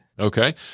Okay